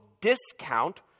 discount